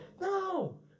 no